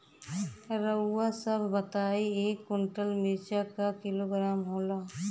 रउआ सभ बताई एक कुन्टल मिर्चा क किलोग्राम होला?